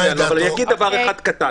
לעשות בדיקה.